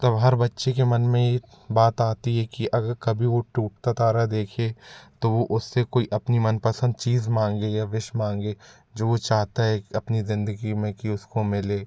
तब हर बच्चे के मन में ये बात आती है कि अगर कभी वो टूटता तारा देखे तो वो उससे कोई अपनी मनपसंद चीज़ माँग लिया विश माँग लिए जो वो चाहता है कि अपनी ज़िंदगी में कि उसको मिले